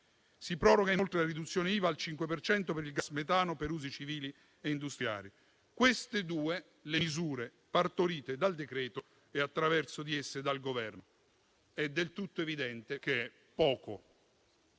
Si proroga inoltre la riduzione IVA al 5 per cento per il gas metano per usi civili e industriali. Queste sono le due misure partorite dal decreto e, quindi, dal Governo. È del tutto evidente che è poco.